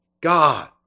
God